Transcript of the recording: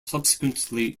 subsequently